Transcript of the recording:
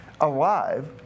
alive